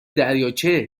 دریاچه